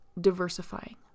diversifying